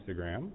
instagram